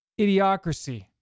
idiocracy